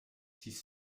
six